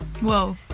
whoa